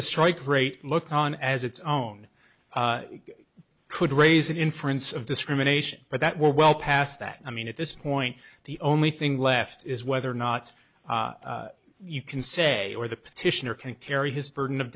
the strike rate looked on as its own could raise an inference of discrimination but that well well past that i mean at this point the only thing left is whether or not you can say or the petitioner can carry his burden of